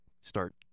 start